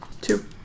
Two